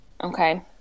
Okay